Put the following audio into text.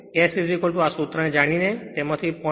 અને S આ સૂત્રને જાણીને તેથી આમાંથી 0